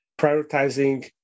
prioritizing